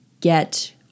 get